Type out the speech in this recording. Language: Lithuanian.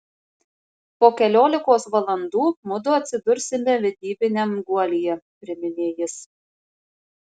po keliolikos valandų mudu atsidursime vedybiniam guolyje priminė jis